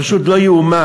פשוט לא יאומן.